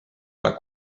ole